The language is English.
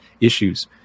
issues